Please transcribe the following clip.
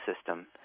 system